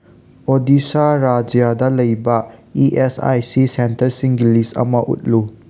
ꯑꯣꯗꯤꯁꯥ ꯔꯥꯖ꯭ꯌꯥꯗ ꯂꯩꯕ E S I C ꯁꯦꯟꯇꯔꯁꯤꯡꯒꯤ ꯂꯤꯁ ꯑꯃ ꯎꯠꯂꯨ